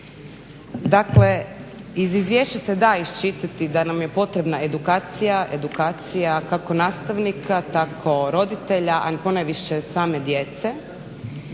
Dakle, iz izvješća se da iščitati da nam je potrebna edukacija, edukacija kako nastavnika tako roditelja, a ponajviše same djece.